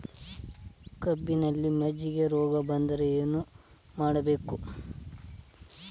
ಕಬ್ಬಿನಲ್ಲಿ ಮಜ್ಜಿಗೆ ರೋಗ ಬಂದರೆ ಏನು ಮಾಡಬೇಕು?